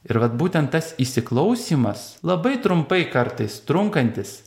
ir vat būtent tas įsiklausymas labai trumpai kartais trunkantis